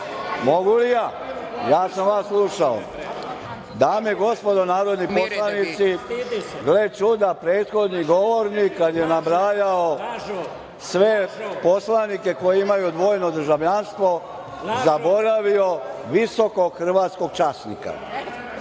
**Marijan Rističević** Dame i gospodo narodni poslanici, gle čuda, prethodni govornik kada je nabrajao sve poslanike koji imaju dvojno državljanstvo, zaboravio je visokog hrvatskog časnika,